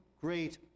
great